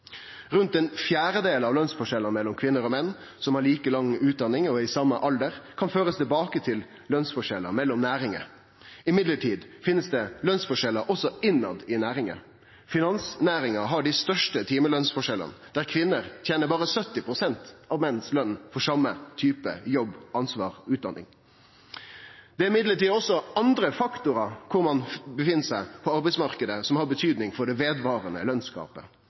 Rundt ein firedel av lønsforskjellane mellom kvinner og menn som har like lang utdanning og er i same alder, kan bli ført tilbake til lønsforskjellar mellom næringar, men det finst også lønsforskjellar innanfor næringar. Finansnæringa har dei største timelønsforskjellane, der tener kvinner berre 70 pst. av løna menn får for same type jobb, ansvar og utdanning. Det er også andre faktorar enn kvar ein er på arbeidsmarknaden, som har betyding for det vedvarande